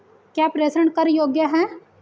क्या प्रेषण कर योग्य हैं?